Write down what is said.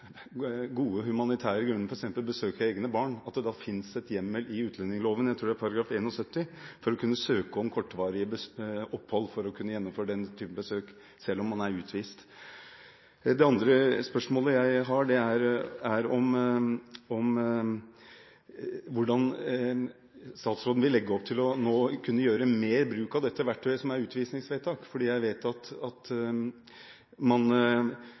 gode humanitære grunner til, f.eks. å besøke egne barn, finnes det en hjemmel i utlendingsloven – jeg tror det er § 71 – for å kunne søke om kortvarig opphold for å kunne gjennomføre den type besøk selv om man er utvist. Det andre spørsmålet jeg har, er hvordan statsråden nå vil legge opp til å kunne gjøre mer bruk av dette verktøyet, utvisningsvedtak. Jeg vet at man nå bl.a. har fått en ny instruks i UDI om at man